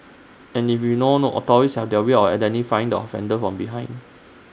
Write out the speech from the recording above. and we all know authorities have their way of identifying the offender from behind